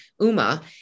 Uma